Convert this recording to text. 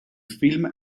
film